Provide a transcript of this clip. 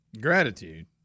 Gratitude